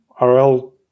RL